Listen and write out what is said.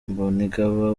mbonigaba